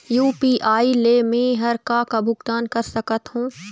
UPI ले मे हर का का भुगतान कर सकत हो?